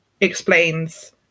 explains